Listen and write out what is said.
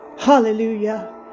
Hallelujah